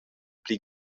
pli